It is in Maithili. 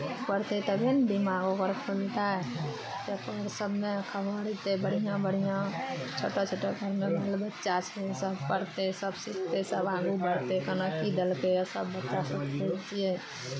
पढ़तै तभिए ने दिमाग ओकर खुलतै पेपरो सभमे खबर अयतै बढ़िआँ बढ़िआँ छोटा छोटा घरमे बाल बच्चा छै सभ पढ़तै सभ सिखतै सब आगू बढ़तै केना की देलकैए सभ बच्चासभ पढ़ितियै